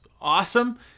awesome